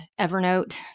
Evernote